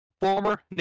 former